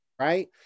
right